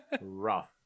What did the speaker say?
rough